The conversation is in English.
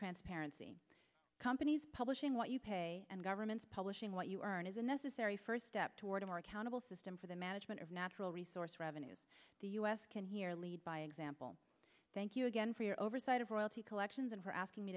transparency companies publishing what you pay and governments publishing what you earn is a necessary first step toward a more accountable system for the management of natural resource revenues the u s can hear lead by example thank you again for your oversight of royalty collections and for asking me